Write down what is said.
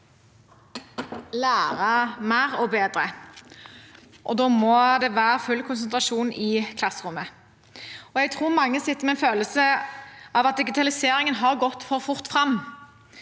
lære mer og bedre, og da må det være full konsentrasjon i klasserommet. Jeg tror mange sitter med en følelse av at digitaliseringen har gått for fort fram,